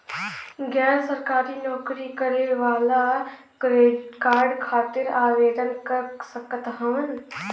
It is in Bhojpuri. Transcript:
गैर सरकारी नौकरी करें वाला क्रेडिट कार्ड खातिर आवेदन कर सकत हवन?